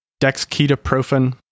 dexketoprofen